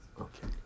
okay